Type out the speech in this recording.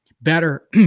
better